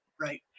right